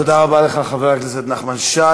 תודה רבה לך, חבר הכנסת נחמן שי.